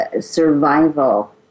survival